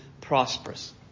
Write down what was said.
prosperous